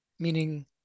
Meaning